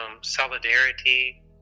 solidarity